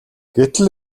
гэтэл